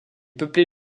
peuplé